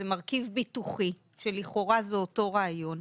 זה מרכיב ביטוחי שלכאורה זה אותו רעיון,